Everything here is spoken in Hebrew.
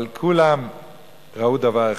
אבל כולם ראו דבר אחד: